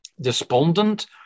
despondent